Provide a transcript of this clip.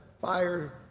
fire